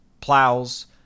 plows